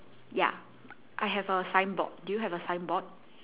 ya I have a sign board do you have a sign board